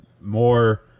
more